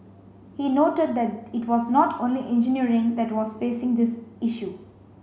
he noted that it was not only engineering that was facing this issue